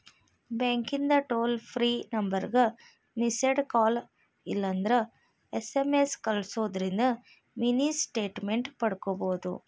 ಬ್ಯಾಂಕಿಂದ್ toll free ನಂಬರ್ಗ missed call ಇಲ್ಲಂದ್ರ ಎಸ್.ಎಂ.ಎಸ್ ಕಲ್ಸುದಿಂದ್ರ ಮಿನಿ ಸ್ಟೇಟ್ಮೆಂಟ್ ಪಡ್ಕೋಬೋದು